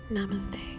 Namaste